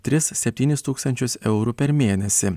tris septynis tūkstančius eurų per mėnesį